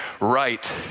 right